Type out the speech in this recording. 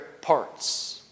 parts